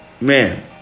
man